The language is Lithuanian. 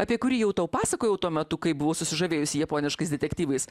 apie kurį jau tau pasakojau tuo metu kai buvo susižavėjusi japoniškais detektyvais